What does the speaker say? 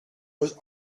was